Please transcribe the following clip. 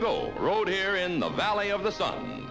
ago road here in the valley of the sun